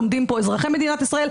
עומדים פה אזרחי מדינת ישראל,